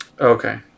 Okay